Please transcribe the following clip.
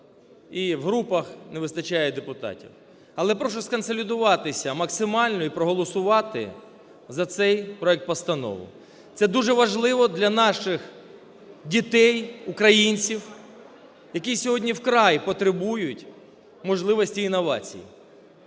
і в групах не вистачає депутатів. Але прошу сконсолідуватися максимально і проголосувати за цей проект постанови. Це дуже важливо для наших дітей-українців, які сьогодні вкрай потребують можливості інновацій.